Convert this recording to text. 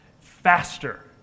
faster